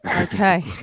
Okay